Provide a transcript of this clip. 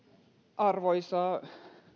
arvoisa